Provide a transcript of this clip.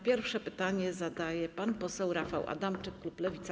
Pierwsze pytanie zadaje pan poseł Rafał Adamczyk, klub Lewica.